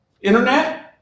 internet